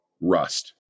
rust